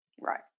Right